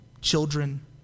children